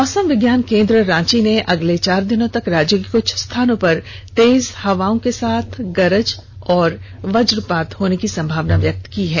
मौसम विज्ञान केन्द्र रांची ने अगले चार दिनों तक राज्य के कुछ स्थानों पर तेज हवा और गरज के साथ वजपात होने की संभावना व्यक्त की है